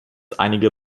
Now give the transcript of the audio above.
einige